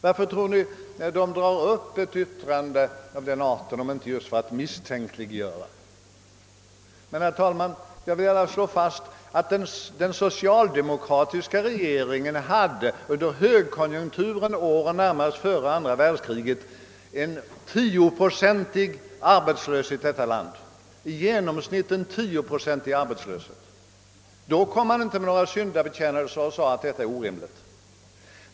Varför tror ni de drar upp ett yttrande av denna art om inte för att just misstänkliggöra? Men, herr talman, jag vill gärna slå fast, att den socialdemokratiska regeringen under högkonjunkturen åren närmast före andra världskriget genomsnittligt hade en arbetslöshet på 10 procent, men då kom man inte med några syndabekännelser och några uttalanden om att det var orimligt.